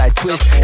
twist